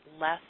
less